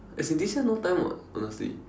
as in this year no time [what] honestly